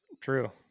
True